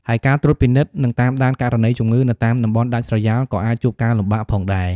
ហើយការត្រួតពិនិត្យនិងតាមដានករណីជំងឺ នៅតាមតំបន់ដាច់ស្រយាលក៏អាចជួបការលំបាកផងដែរ។